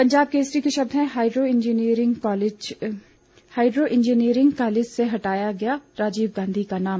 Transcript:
पंजाब केसरी के शब्द हैं हाइड्रो इंजीनियरिंग कॉलेज से हटाया गया राजीव गांधी का नाम